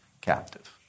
captive